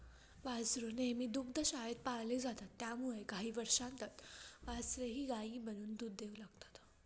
वासरू नेहमी दुग्धशाळेत पाळले जातात त्यामुळे काही वर्षांत वासरेही गायी बनून दूध देऊ लागतात